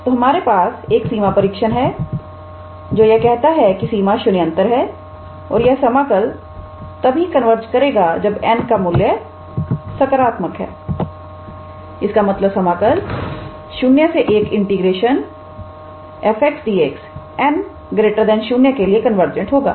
तो हमारे पास एक सीमा परीक्षण है जो यह कहता है कि सीमा शून्येतर है और यह समाकल तभी कन्वर्ज करेगा जब n का मूल्य सकारात्मक है इसका मतलब समाकल 01 𝑓𝑥𝑑𝑥 𝑛 0 के लिए कन्वर्जेंट होगा